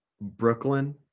Brooklyn